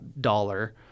dollar